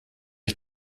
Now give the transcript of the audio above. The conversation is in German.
ich